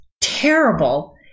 terrible